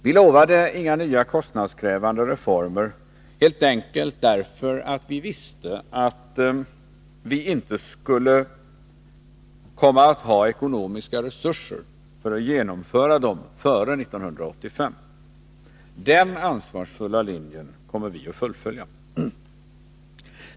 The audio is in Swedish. Vi lovade inga nya kostnadskrävande reformer, helt enkelt därför att vi visste att vi skulle inte komma att ha ekonomiska resurser att genomföra dem före 1985. Den ansvarsfulla linjen kommer vi att fullfölja.